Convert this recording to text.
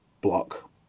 block